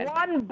one